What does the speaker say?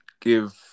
give